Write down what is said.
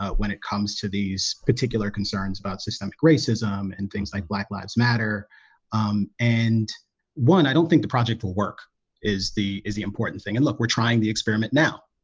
when it comes to these particular concerns about systemic racism and things like black lives matter um and one i don't think the project will work is the is the important thing and look we're trying the experiment now,